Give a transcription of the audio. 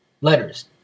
Letters